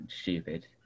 stupid